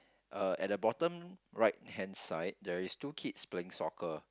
uh at the bottom right hand side there is two kids playing soccer